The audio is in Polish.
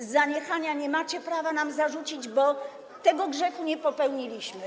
Zaniechania nie macie prawa nam zarzucić, bo tego grzechu nie popełniliśmy.